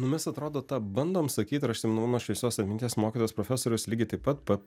nu mes atrodo tą bandom sakyt aš atsimenu mano šviesios atminties mokytojas profesorius lygiai taip pat pa